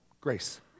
grace